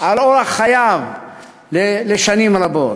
על אורח חייו לשנים רבות.